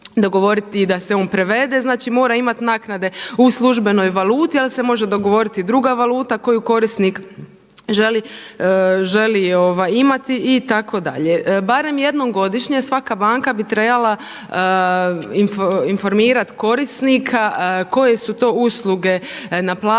da se on prevede. Znači mora imati naknade u službenoj valuti ali se može dogovoriti i druga valuta koju korisnik želi imati itd.. Barem jednom godišnje svaka banka bi trebala informirati korisnika koje su to usluge naplatili